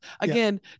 Again